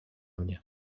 mnie